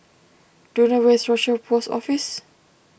do you know where is Rochor Post Office